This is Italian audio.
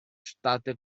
state